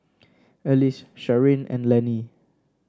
Ellis Sharyn and Lanny